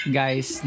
guys